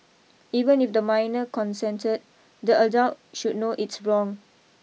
even if the minor consented the adult should know it's wrong